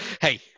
hey